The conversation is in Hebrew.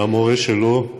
עם המורה שלו,